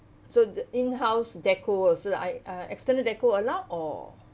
so the in-house decor also I uh extended deco allowed or